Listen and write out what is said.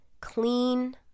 clean